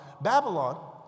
Babylon